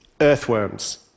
earthworms